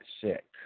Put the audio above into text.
sick